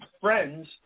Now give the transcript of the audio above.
friends